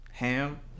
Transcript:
Ham